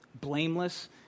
blameless